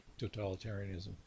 totalitarianism